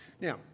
Now